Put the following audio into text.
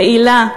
פעילה,